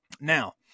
Now